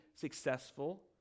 successful